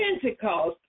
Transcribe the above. Pentecost